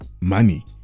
money